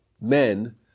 men